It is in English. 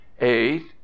eight